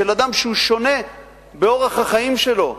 של אדם שהוא שונה באורח החיים שלו,